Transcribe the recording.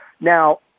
Now